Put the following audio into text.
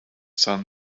sun